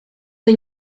the